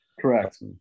Correct